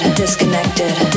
disconnected